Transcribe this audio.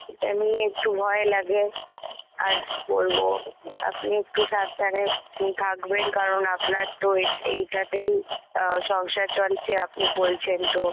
এটা নিয়ে একটু ভয় লাগেও আর বলবো আপনি একটু সাবধানে থাকবেন কারণ আপনার তো এই এইটাতেই সংসার চলছে আপনি বলছেন তো